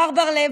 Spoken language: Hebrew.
מר בר לב,